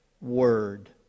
word